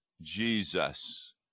Jesus